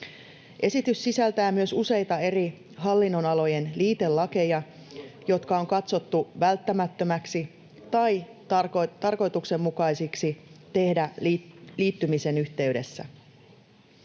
Esitys sisältää myös useita eri hallinnonalojen liitelakeja, jotka on katsottu välttämättömäksi tai tarkoituksenmukaiseksi tehdä liittymisen yhteydessä.